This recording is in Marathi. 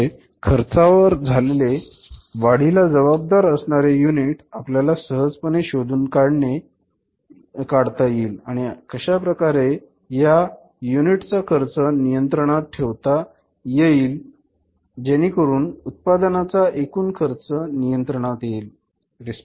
त्यामुळे खर्चावर झालेले वाढीला जबाबदार असणारे युनिट आपल्याला सहजपणे शोधून काढता येईल आणि कशाप्रकारे या युनिटचा खर्च नियंत्रणात ठेवता येईल जेणेकरून उत्पादनाचा एकूण खर्च नियंत्रणात ठेवता येईल